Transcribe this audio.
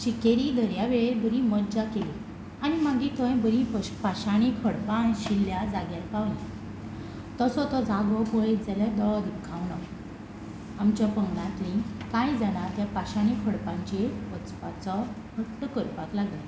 शिकेरी दर्या वेळेर बरी मज्जा केली आनी मागीर थंय बरीं पश पाशाणी खडपां आशिल्ल्या जाग्यार पावलीं तसो तो जागो पळयत जाल्यार दोळो दिपकावणो आमच्या पंगडांतलीं कांय जाणां त्या पाशाणी खडपांचेर वचपाचो हट्ट करपाक लागलीं